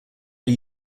are